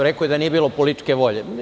Rekao je da nije bilo političke volje.